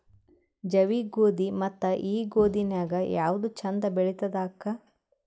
ಜವಿ ಗೋಧಿ ಮತ್ತ ಈ ಗೋಧಿ ನ್ಯಾಗ ಯಾವ್ದು ಛಂದ ಬೆಳಿತದ ಅಕ್ಕಾ?